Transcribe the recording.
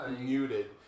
muted